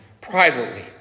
privately